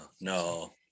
No